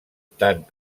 tant